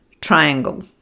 triangle